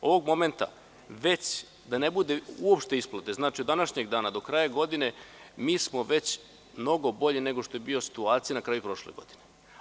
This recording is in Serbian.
Ovog momenta već, da ne bude uopšte isplate, znači od današnjeg dana do kraja godine, mi smo već mnogo bolje nego što je bila situacija na kraju prošle godine.